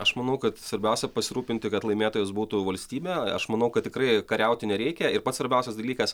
aš manau kad svarbiausia pasirūpinti kad laimėtojas būtų valstybė aš manau kad tikrai kariauti nereikia ir pats svarbiausias dalykas